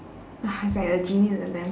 it's like a genie in the lamp